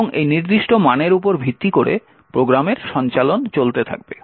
এবং এই নির্দিষ্ট মানের উপর ভিত্তি করে প্রোগ্রামের সঞ্চালন চলতে থাকবে